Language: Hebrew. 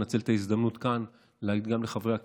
אני אנצל את ההזדמנות כאן להגיד גם לחברי הכנסת,